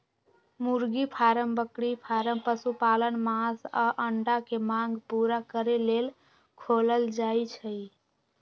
मुर्गी फारम बकरी फारम पशुपालन मास आऽ अंडा के मांग पुरा करे लेल खोलल जाइ छइ